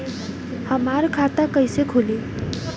हमार खाता कईसे खुली?